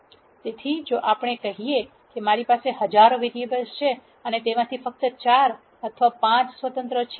તેથી જો આપણે કહીએ કે મારી પાસે હજારો વેરીએબલ છે અને તેમાંથી ફક્ત 4 અથવા 5 સ્વતંત્ર છે